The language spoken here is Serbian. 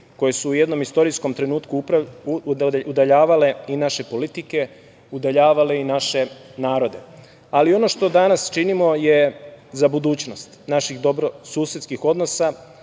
koje su u jednom istorijskom trenutku udaljavale i naše politike, udaljavale i naše narode. Ono što danas činimo je za budućnost naših dobrosusedskih odnosa,